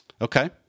Okay